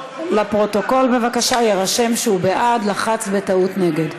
לפרוטוקול, בבקשה, יירשם שהוא בעד, לחץ בטעות נגד.